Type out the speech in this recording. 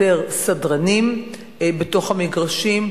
יותר סדרנים בתוך המגרשים,